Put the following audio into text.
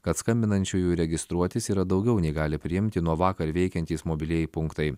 kad skambinančiųjų registruotis yra daugiau nei gali priimti nuo vakar veikiantys mobilieji punktai